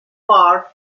part